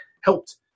helped